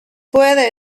puede